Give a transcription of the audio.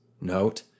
Note